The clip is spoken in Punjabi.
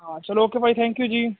ਹਾਂ ਚਲੋ ਓਕੇ ਭਾਜੀ ਥੈਂਕ ਯੂ ਜੀ